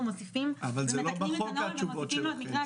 מוסיפים ומתקנים את הנוהל אבל התשובות שלכם הם לא בחוק.